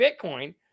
Bitcoin